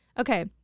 Okay